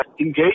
engage